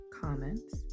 comments